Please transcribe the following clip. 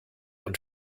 und